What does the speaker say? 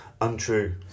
untrue